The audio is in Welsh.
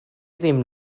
ddim